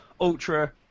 Ultra